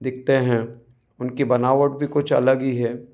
दिखते हैं उनकी बनावट भी कुछ अलग ही है